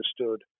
understood